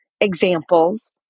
examples